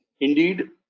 indeed